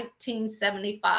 1975